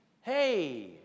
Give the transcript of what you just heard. hey